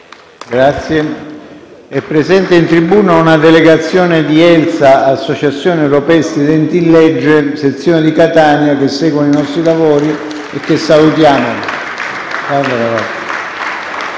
È presente in tribuna una delegazione di ELSA (Associazione europea studenti in legge), sezione di Catania, che segue i nostri lavori e che salutiamo.